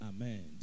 Amen